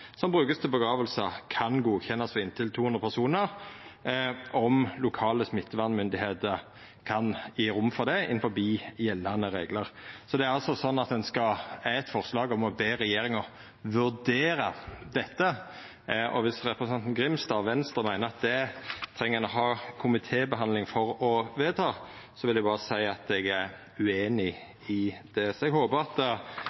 som vert brukte til gravferder, kan verta godkjente for inntil 200 personar om lokale smittevernmyndigheiter kan gje rom for det innanfor gjeldande reglar. Dette er altså eit forslag om å be regjeringa vurdera det, og viss representanten Grimstad og Venstre meiner at ein treng å ha komitébehandling for å vedta det, så vil eg berre seia at eg er